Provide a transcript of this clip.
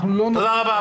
תודה רבה.